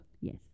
Yes